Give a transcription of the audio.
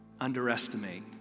underestimate